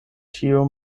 ĉio